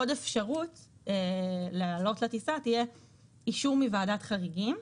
עוד אפשרות לעלות לטיסה תהיה אישור מוועדת חריגים.